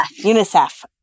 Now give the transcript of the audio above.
UNICEF